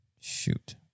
Shoot